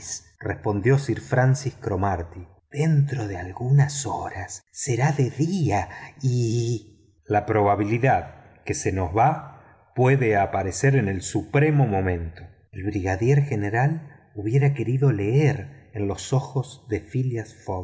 respondió sir francis cromarty dentro de algunas horas será de día y la probabilidad que se nos va puede aparecer en el supremo momento el brigadier general hubiera querido leer en los ojos de phileas